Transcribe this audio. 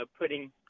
putting